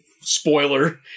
Spoiler